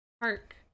Park